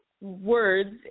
words